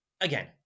again